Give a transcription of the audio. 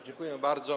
Dziękuję bardzo.